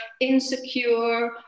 insecure